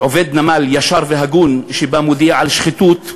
עובד נמל ישר והגון שבא ומודיע על שחיתות,